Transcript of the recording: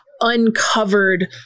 uncovered